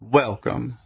welcome